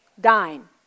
dine